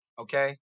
Okay